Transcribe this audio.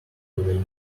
today